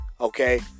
okay